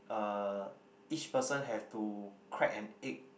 uh each person have to crack an egg